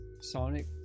Sonic